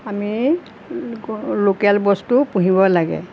আমি লোকেল বস্তু পুহিব লাগে